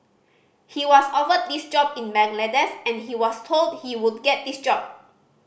he was offered this job in Bangladesh and he was told he would get this job